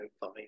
fine